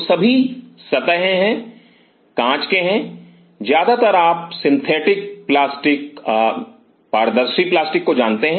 तो सभी सतह है कांच के हैं या ज्यादातर आप सिंथेटिक प्लास्टिक पारदर्शी प्लास्टिक को जानते हैं